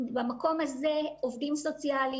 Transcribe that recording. עובדים סוציאליים,